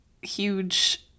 huge